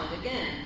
again